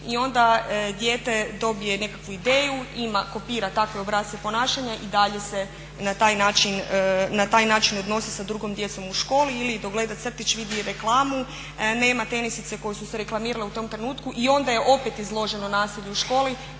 i onda dijete dobije nekakvu ideju, kopira takve obrasce ponašanja i dalje se na taj način odnosi sa drugom djecom u školi ili dok gleda crtić vidi reklamu, nema tenisice koje su se reklamirale u tom trenutku i onda je opet izloženo nasilju u školi